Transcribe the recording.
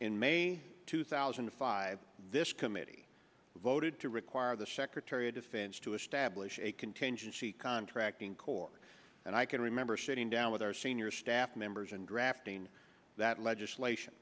in may two thousand and five this committee voted to require the secretary of defense to establish a contingency contracting corps and i can remember sitting down with our senior staff members and drafting that